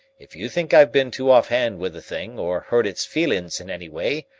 if you think i've been too off-hand with the thing, or hurt its feelin's in any way,